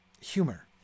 humor